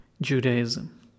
Judaism